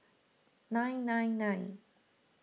nine nine nine